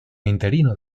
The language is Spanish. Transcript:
interino